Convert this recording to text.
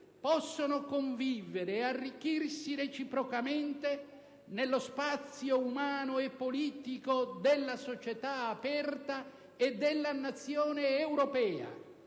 possono convivere e arricchirsi reciprocamente nello spazio umano e politico della società aperta e della nazione europea,